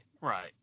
right